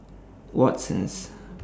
Watsons